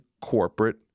corporate